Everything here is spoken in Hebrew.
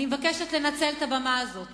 אני מבקשת לנצל את הבמה הזאת